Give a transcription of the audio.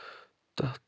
تَتھ